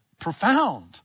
profound